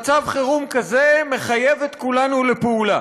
מצב חירום כזה מחייב את כולנו לפעולה.